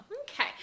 Okay